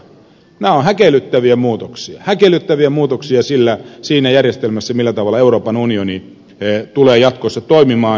nämä ovat häkellyttäviä muutoksia häkellyttäviä muutoksia siinä järjestelmässä millä tavalla euroopan unioni tulee jatkossa toimimaan